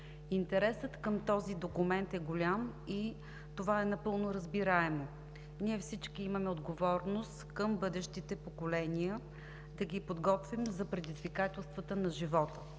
Интересът към този документ е голям и това е напълно разбираемо. Ние всички имаме отговорност към бъдещите поколения – да ги подготвим за предизвикателствата на живота,